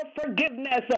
forgiveness